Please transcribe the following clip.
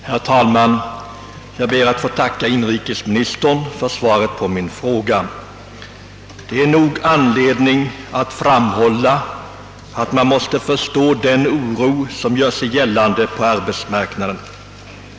Herr talman! Jag ber att få tacka inrikesministern för svaret på min fråga. Det finns nog anledning att framhålla att man måste förstå den oro som gör sig gällande på arbetsmarknaden.